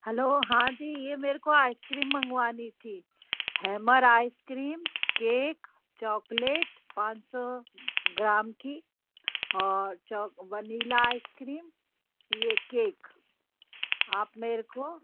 hello हाँ जी ये मेरको आइसक्रीम मंगवानी थी हैवमर आइसक्रीम केक चॉकलेट पाँच सौ ग्राम की और चौ वनीला आइसक्रीम ये केक आप मेरको